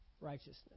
Righteousness